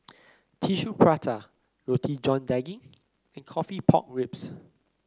Tissue Prata Roti John Daging and coffee Pork Ribs